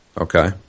okay